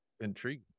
intriguing